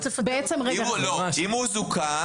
אם הוא זוכה